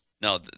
No